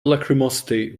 lachrymosity